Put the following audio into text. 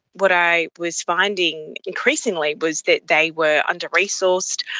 what i was finding increasingly was that they were under-resourced,